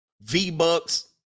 V-bucks